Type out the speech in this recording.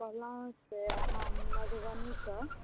कहलहुॅं से अहाँ मधुबनी सॅं